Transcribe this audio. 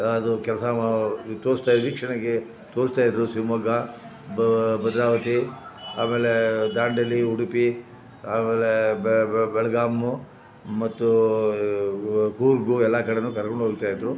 ಅದು ಕೆಲಸ ಮ ತೋರಿಸ್ತಾಯಿದ್ ವೀಕ್ಷಣೆಗೆ ತೋರಿಸ್ತಾಯಿದ್ರು ಶಿವಮೊಗ್ಗ ಭದ್ರಾವತಿ ಆಮೇಲೆ ದಾಂಡೇಲಿ ಉಡುಪಿ ಆಮೇಲೆ ಬೆಳ್ ಬೆಳಗಾಮು ಮತ್ತು ಕೂರ್ಗು ಎಲ್ಲ ಕಡೆಯೂ ಕರ್ಕೊಂಡೋಗ್ತಾಯಿದ್ದರು